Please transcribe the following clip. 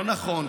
לא נכון,